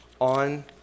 on